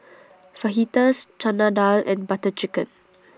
Fajitas Chana Dal and Butter Chicken